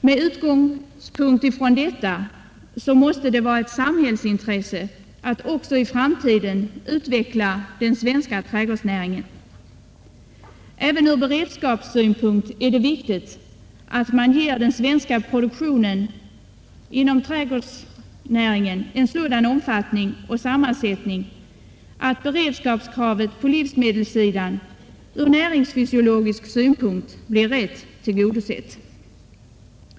Med utgångspunkt i detta måste det vara ett samhållsintresse att också i framtiden utveckla den svenska trädgårdsnäringen. Även ur beredskapssynpunkt är det viktigt att man ger den svenska produktionen inom trädgårdsnäringen sådan omfattning och sammansättning att beredskapskraven på livsmedelssidan ur näringsfysiologisk synpunkt blir tillgodosedda.